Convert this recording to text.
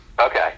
Okay